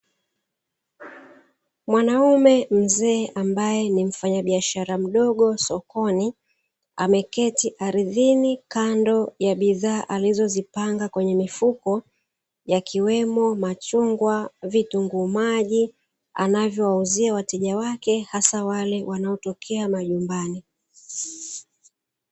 Mwaume mzee ambaye ni mfanyabiashara mdogo sokoni, ameketi ardhini, kando ya bidhaa alizozipanga kwenye mifuko, yakiwemo machungwa, vitunguumaji anavyowauzia wateja wake, hasa wale wanaotokea majumbani.